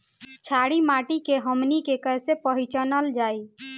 छारी माटी के हमनी के कैसे पहिचनल जाइ?